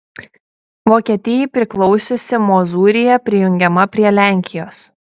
vokietijai priklausiusi mozūrija prijungiama prie lenkijos